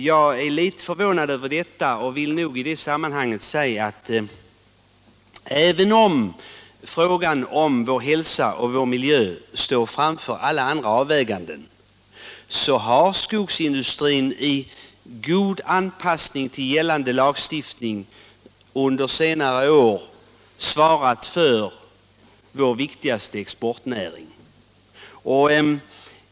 Jag är litet förvånad över detta och vill nog i det sammanhanget säga att även om vår hälsa och vår miljö väger tyngre än allt annat när vi står inför att göra avvägningar, så har skogsindustrin med god anpassning till gällande lagstiftning under senare år utgjort vår viktigaste exportnäring.